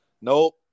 Nope